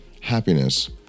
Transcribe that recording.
happiness